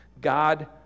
God